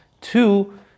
two